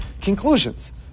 conclusions